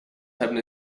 hebben